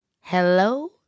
Hello